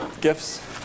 gifts